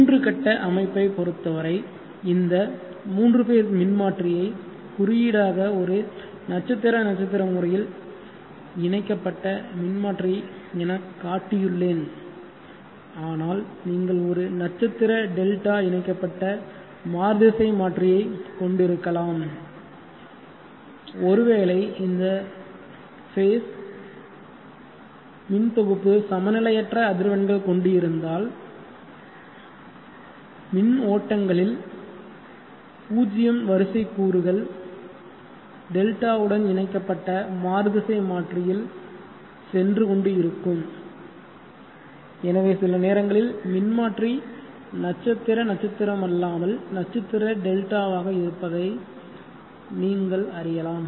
3 கட்ட அமைப்பை பொறுத்தவரை இந்த 3 ஃபேஸ் மின்மாற்றியை குறியீடாக ஒரு நட்சத்திர நட்சத்திர முறையில் இணைக்கப்பட்ட மின்மாற்றி எனக் காட்டியுள்ளேன் ஆனால் நீங்கள் ஒரு நட்சத்திர டெல்டா இணைக்கப்பட்ட மாறுதிசைமாற்றியை கொண்டிருக்கலாம் ஒரு வேளை இந்த ஃபேஸ் மின் தொகுப்பு சமநிலையற்ற அதிர்வெண்கள் கொண்டு இருந்தால் மின் ஓட்டங்களில் 0 வரிசை கூறுகள் Δ இணைக்கப்பட்ட மாறு திசை மாற்றியில் சென்று கொண்டு இருக்கும் எனவே சில நேரங்களில் மின்மாற்றி நட்சத்திர நட்சத்திரம் அல்லாமல் நட்சத்திர டெல்டா வாக இருப்பதை நீங்கள் அறியலாம்